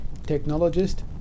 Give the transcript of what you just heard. technologist